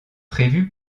prévu